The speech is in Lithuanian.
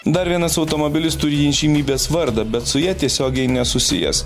dar vienas automobilis turi įžymybės vardą bet su ja tiesiogiai nesusijęs